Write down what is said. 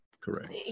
Correct